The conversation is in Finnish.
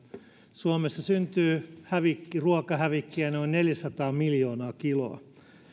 suomessa syntyy ruokahävikkiä noin neljäsataa miljoonaa kiloa